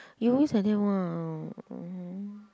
you always like that one